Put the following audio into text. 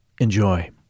Enjoy